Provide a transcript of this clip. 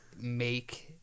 make